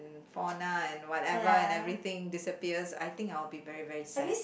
fauna and whatever and everything disappears I think I'll be very very sad